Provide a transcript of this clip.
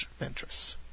Ventress